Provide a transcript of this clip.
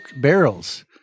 barrels